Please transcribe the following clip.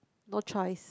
no choice